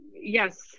yes